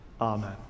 Amen